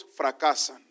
fracasan